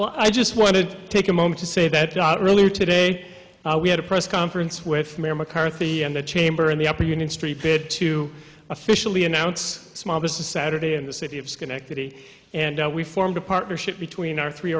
well i just want to take a moment to say that earlier today we had a press conference with mayor mccarthy and the chamber and the upper union street bid to officially announce small business saturday in the city of schenectady and we formed a partnership between our three